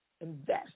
invest